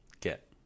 get